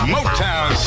Motown